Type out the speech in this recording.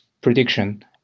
prediction